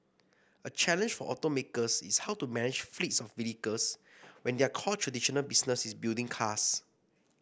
a challenge for automakers is how to manage fleets of vehicles when their core traditional business is building cars